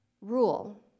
Rule